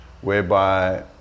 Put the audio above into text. whereby